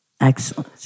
excellent